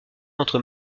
entre